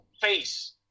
face